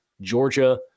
Georgia